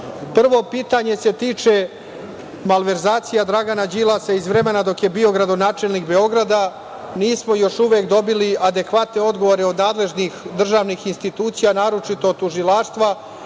pitanje se tiče malverzacija Dragana Đilasa iz vremena dok je bio gradonačelnik Beograda. Nismo još uvek dobili adekvatne odgovore od nadležnih državnih institucija, naročito od Tužilaštva,